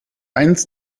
eines